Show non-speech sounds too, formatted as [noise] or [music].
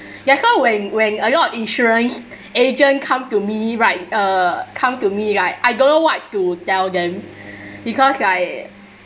that's why when when a lot of insurance agent come to me right uh come to me right I don't know what to tell them [breath] because like